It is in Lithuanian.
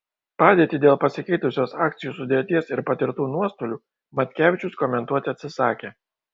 padėtį dėl pasikeitusios akcijų sudėties ir patirtų nuostolių matkevičius komentuoti atsisakė